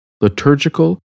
liturgical